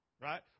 right